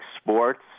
sports